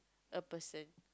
a person